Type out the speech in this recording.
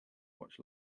watch